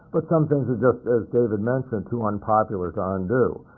but some things are just, as david mentioned, too unpopular to um undo.